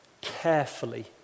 carefully